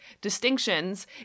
distinctions